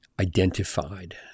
identified